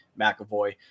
McAvoy